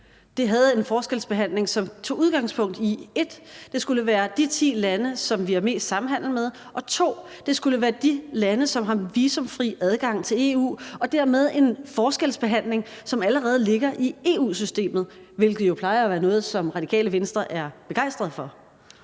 havde en forskelsbehandling, som tog udgangspunkt i 1), at det skulle være de ti lande, som vi har mest samhandel med, og 2), at det skulle være de lande, som har visumfri adgang til EU, og dermed en forskelsbehandling, som allerede ligger i EU-systemet, hvilket jo plejer at være noget, som Radikale Venstre er begejstret for?